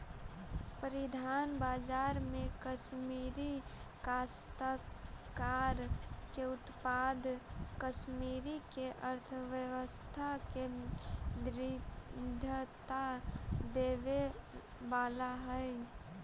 परिधान बाजार में कश्मीरी काश्तकार के उत्पाद कश्मीर के अर्थव्यवस्था के दृढ़ता देवे वाला हई